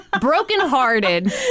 brokenhearted